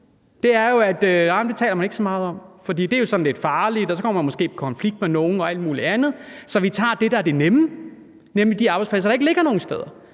det er, at det taler man ikke så meget om, for det er sådan lidt farligt, og så kommer man måske i konflikt med nogen og alt muligt andet. Så man tager det, der er det nemme, nemlig de arbejdspladser, der ikke ligger nogen steder.